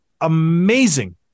amazing